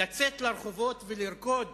לצאת לרחובות ולרקוד